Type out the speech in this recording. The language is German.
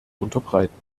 unterbreiten